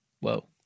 Whoa